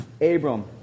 Abram